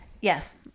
Yes